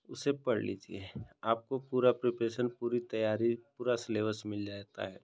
उसे पढ़ लीजिए आपको पूरा प्रीपेरेशन पूरी तैयारी पूरा सिलेबस मिल जाता है